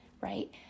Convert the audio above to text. right